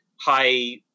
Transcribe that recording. high